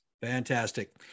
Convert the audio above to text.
Fantastic